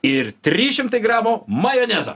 ir trys šimtai gramų majonezo